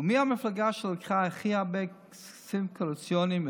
ומי המפלגה שלקחה הכי הרבה כספים קואליציוניים,